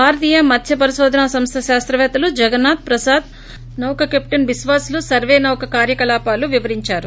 భారతీయ మత్స్య పరికోధన సంస్ద శాస్త్ర వేత్తలు జగన్నాధ్ ప్రసాద్ నౌక కెప్షెన్ బిస్వాస్ లు సీర్వే నౌక కార్యకలాపాలు వివరించారు